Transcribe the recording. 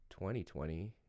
2020